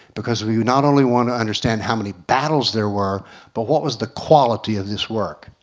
because we not only want to understand how many battles there were but what was the quality of this work?